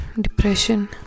depression